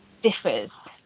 differs